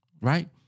right